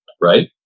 right